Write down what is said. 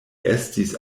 estis